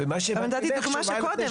אבל נתתי דוגמה של קודם.